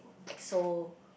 EXO